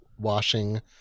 Washing